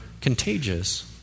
Contagious